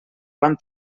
van